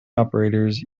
operators